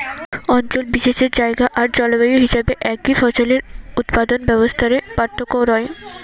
অঞ্চল বিশেষে জায়গা আর জলবায়ু হিসাবে একই ফসলের উৎপাদন ব্যবস্থা রে পার্থক্য রয়